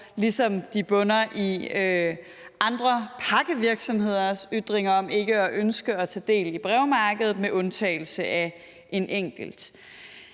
ligesom den også bunder i andre pakkevirksomheders ytringer om, at de ikke ønsker at tage del i brevmarkedet, med undtagelse af en enkelt